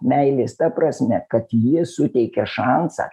meilės ta prasme kad ji suteikia šansą